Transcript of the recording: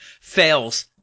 fails